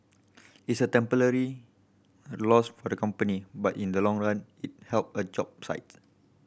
it's a temporary loss for the company but in the long run it help a job sites